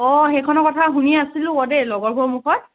অঁ সেইখনৰ কথা শুনি আছিলোঁ আকৌ দেই লগৰবোৰৰ মুখত